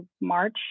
March